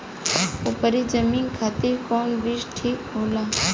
उपरी जमीन खातिर कौन बीज ठीक होला?